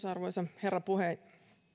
arvoisa herra puhemies